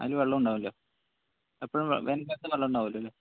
അതില് വെള്ളം ഉണ്ടാവുമല്ലോ എപ്പഴും വേനൽക്കാലത്തും വെള്ളം ഉണ്ടാവുമല്ലോ അല്ലേ